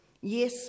Yes